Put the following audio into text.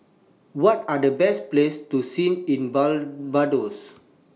What Are The Best Places to See in Barbados